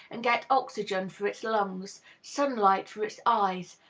and get oxygen for its lungs, sunlight for its eyes,